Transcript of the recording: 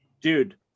Dude